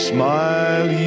Smile